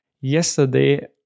yesterday